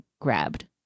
grabbed